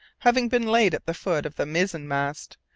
having been laid at the foot of the mizen mast,